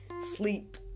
sleep